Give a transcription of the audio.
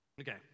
Okay